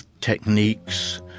techniques